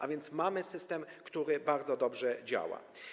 A więc mamy system, który bardzo dobrze działa.